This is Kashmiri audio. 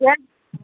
کیٛاہ